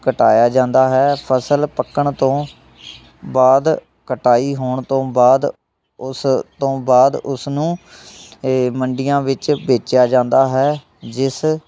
ਕਟਾਇਆ ਜਾਂਦਾ ਹੈ ਫਸਲ ਪੱਕਣ ਤੋਂ ਬਾਅਦ ਕਟਾਈ ਹੋਣ ਤੋਂ ਬਾਅਦ ਉਸ ਤੋਂ ਬਾਅਦ ਉਸ ਨੂੰ ਇਹ ਮੰਡੀਆਂ ਵਿੱਚ ਵੇਚਿਆ ਜਾਂਦਾ ਹੈ ਜਿਸ